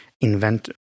invent